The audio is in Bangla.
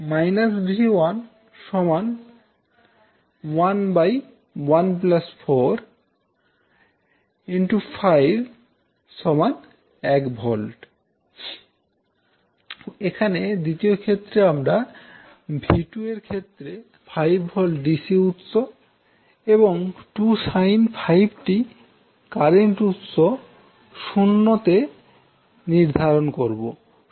−𝛎1 114 1 V এখন দ্বিতীয় ক্ষেত্রে আমরা 𝛎2 এর ক্ষেত্রে 5 ভোল্ট ডিসি উৎস এবং 2 sin 5t কারেন্ট উৎস 0 তে নির্ধারণ করব